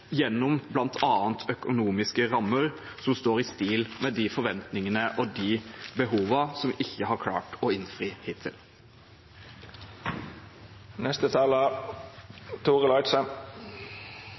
gjennom bl.a. økonomiske rammer som står i stil med de forventningene og behovene som en hittil ikke har klart å innfri?